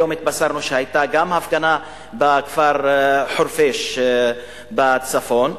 היום התבשרנו שהיתה הפגנה גם בכפר חורפיש בצפון.